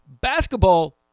Basketball